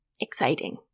exciting